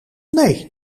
nee